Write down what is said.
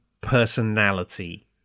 personality